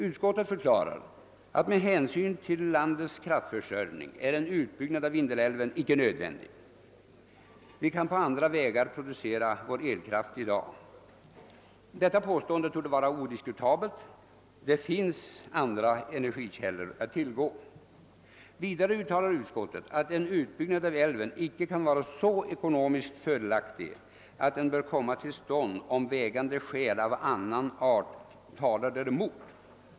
Utskottet förklarar att en utbyggnad av Vindelälven med hänsyn till landets kraftförsörjning icke är nödvändig; vi kan på andra vägar producera elkraft i dag. Detta påstående torde vara odis kutabelt; det finns andra energikällor att tillgå. Vidare uttalar utskottet att en utbyggnad av älven icke kan vara så ekonomiskt fördelaktig att den bör komma till stånd om vägande skäl av annan art talar däremot.